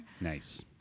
Nice